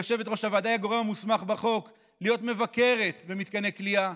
יושבת-ראש הוועדה היא הגורם המוסמך בחוק להיות מבקרת במתקני כליאה.